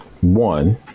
one